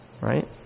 Right